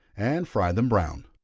and fry them brown.